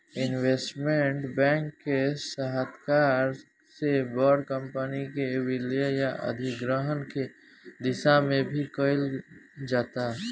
investment bank के सहायता से बड़ कंपनी के विलय आ अधिग्रहण के दिशा में भी काम कईल जाता